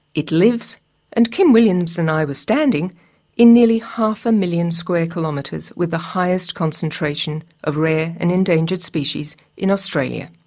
it lives and kim williams and i were standing in nearly half a million square kilometres with the highest concentration of rare and endangered species in australia.